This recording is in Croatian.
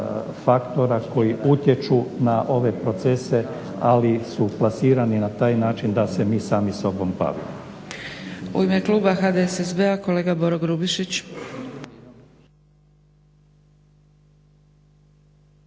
faktora koji utječu na ove procese ali su plasirani na taj način da se mi sami sobom bavimo.